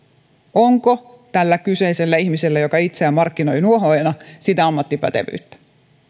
onko tällä kyseisellä ihmisellä joka itseään markkinoi nuohoojana sitä ammattipätevyyttä